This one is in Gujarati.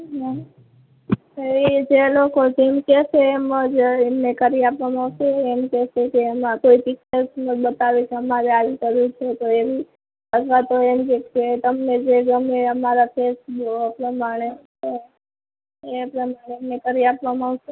એ જે લોકો જેમ કહેશે એમ જ એમને કરી આપવામાં આવશે એમ કેહેશે કે એમના કોઈ પિક્ચર્સ બતાવે કે અમારે આવી કરવી છે તો એવી અથવા તો એમ કહેશે કે તમને જે ગમે એ અમારા ફેસ પ્રમાણે કે એ પ્રમાણે એમને કરી આપવામાં આવશે